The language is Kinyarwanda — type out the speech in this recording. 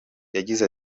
yagize